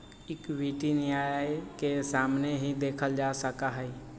equity के न्याय के सामने ही देखल जा सका हई